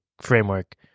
framework